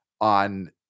on